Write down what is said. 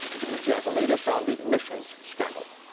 kim min-ji has the latest on the emissions scandal.